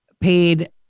Paid